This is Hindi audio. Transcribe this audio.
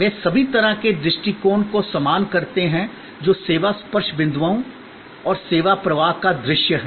वे सभी तरह के दृष्टिकोण को समान करते हैं जो सेवा स्पर्श बिंदुओं और सेवा प्रवाह का दृश्य है